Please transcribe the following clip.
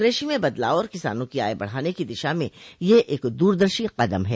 कृषि में बदलाव और किसानों की आय बढ़ाने की दिशा में यह एक दूरदर्शी कदम है